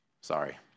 Sorry